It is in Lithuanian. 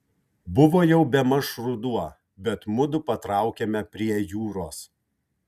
buvo jau bemaž ruduo bet mudu patraukėme prie jūros